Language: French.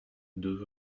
deux